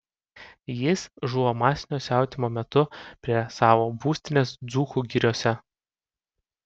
jis žuvo masinio siautimo metu prie savo būstinės dzūkų giriose